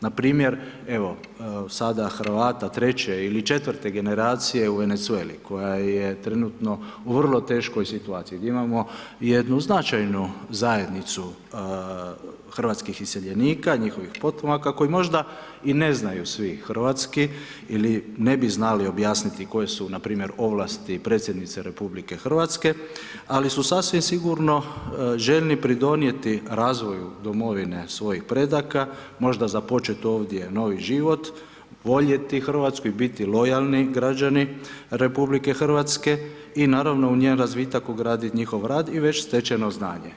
Npr. evo, Hrvata treće ili četvrte generacije u Venezueli, koja je trenutno u vrlo teškoj situaciji, gdje imamo jednu značajnu zajednicu hrvatskih iseljenika i njihovih potomaka, kojim možda i ne znaju svi hrvatski ili ne bi znali objasniti koje su npr. ovlasti predsjednice RH, ali su sasvim sigurno željni pridonijeti razvoju domovine svojih predaka, možda započeti ovdje novi život, voljeti Hrvatsku i biti lojalni građani RH i naravno njen razvitak ugradit njihov rad i već stečeno znanje.